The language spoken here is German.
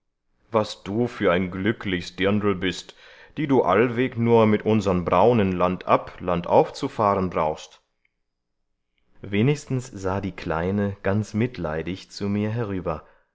was du für ein glücklichs diendl bist die du allweg nur mit unserem braunen landab landauf zu fahren brauchst wenigstens sah die kleine ganz mitleidig zu mir herüber